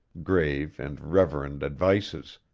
grave and reverend advices,